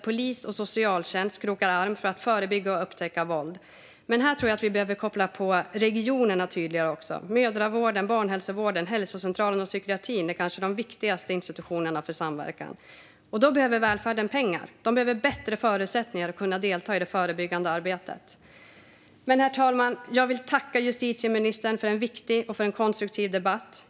Polis och socialtjänst krokar arm för att förebygga och upptäcka våld. Men jag tror att vi även behöver koppla på regionerna tydligare. Mödravården, barnhälsovården, hälsocentralen och psykiatrin är kanske de viktigaste institutionerna för samverkan. För detta behöver välfärden pengar. Man behöver bättre förutsättningar för att kunna delta i det förebyggande arbetet. Herr talman! Jag vill tacka justitieministern för en viktig och konstruktiv debatt.